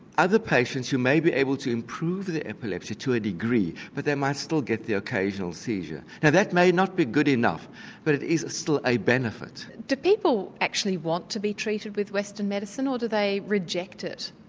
other patients you may be able to improve their epilepsy to a degree, but they might still get the occasional seizure. now that may not be good enough but it is still a benefit. do people actually want to be treated with western medicine or do they reject it?